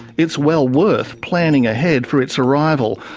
it's well worth planning ahead for its arrival,